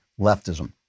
leftism